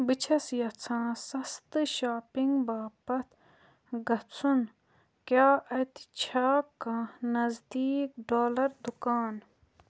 بہٕ چھَس یژھان سَستہٕ شاپِنٛگ باپتھ گژھُن کیٛاہ اَتہِ چھا کانٛہہ نزدیٖک ڈالر دُکان